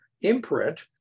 imprint